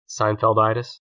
Seinfelditis